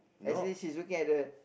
actually she's looking at the